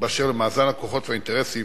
באשר למאזן הכוחות והאינטרסים,